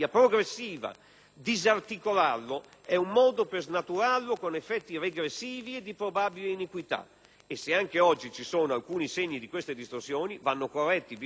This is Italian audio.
Disarticolarlo è un modo per snaturarlo con effetti regressivi e di probabile iniquità; e se anche oggi ci sono alcuni segni di queste distorsioni, vanno corretti visto che possiamo farlo.